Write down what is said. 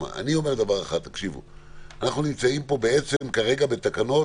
אני אומר, אנחנו נמצאים פה כרגע בתקנות